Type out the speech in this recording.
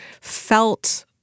felt